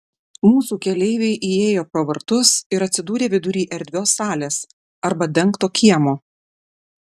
mūsų keleiviai įėjo pro vartus ir atsidūrė vidury erdvios salės arba dengto kiemo